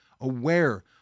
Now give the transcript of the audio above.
aware